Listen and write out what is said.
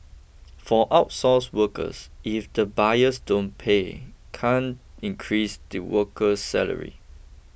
for outsourced workers if the buyers don't pay can't increase the worker's salary